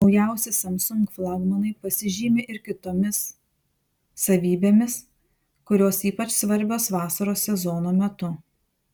naujausi samsung flagmanai pasižymi ir kitoms savybėmis kurios ypač svarbios vasaros sezono metu